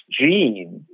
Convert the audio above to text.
gene